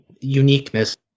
uniqueness